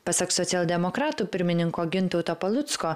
pasak socialdemokratų pirmininko gintauto palucko